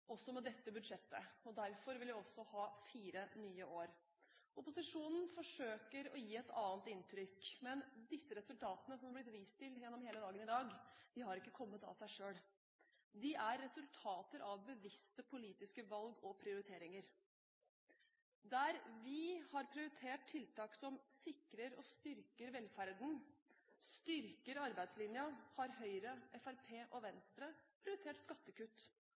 også med dette budsjettet. Derfor vil jeg også ha fire nye år. Opposisjonen forsøker å gi et annet inntrykk, men resultatene som det er vist til gjennom hele dagen i dag, har ikke kommet av seg selv. Det er resultater av bevisste politiske valg og prioriteringer. Der vi har prioritert tiltak som sikrer og styrker velferden, og styrker arbeidslinja, har Høyre, Fremskrittspartiet og Venstre prioritert skattekutt,